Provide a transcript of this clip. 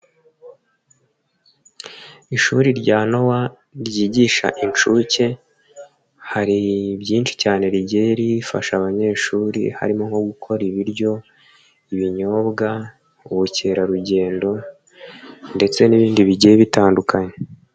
Ishuri rya nowa ryigisha inshuke, hari byinshi cyane rigiyeri rifasha abanyeshuri, harimo nko gukora ibiryo, ibinyobwa mu ubukerarugendo, ndetse n'ibindi bigiye bitandukanye.